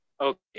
Okay